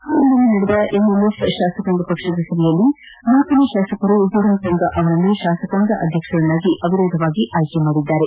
ಐಜ್ವಾಲ್ನಲ್ಲಿ ನಡೆದ ಎಂಎನ್ಎಫ್ ಶಾಸಕಾಂಗ ಪಕ್ಷದ ಸಭೆಯಲ್ಲಿ ನೂತನ ಶಾಸಕರು ಜೋರಾಂತಂಗ ಅವರನ್ನು ಶಾಸಕಾಂಗ ಅಧ್ಯಕ್ಷರನ್ನಾಗಿ ಅವಿರೋಧವಾಗಿ ಆಯ್ಕೆ ಮಾಡಿದ್ದಾರೆ